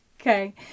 Okay